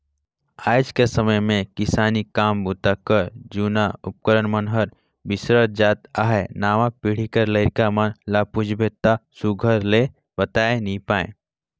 आएज कर समे मे किसानी काम बूता कर जूना उपकरन मन हर बिसरत जात अहे नावा पीढ़ी कर लरिका मन ल पूछबे ता सुग्घर ले बताए नी पाए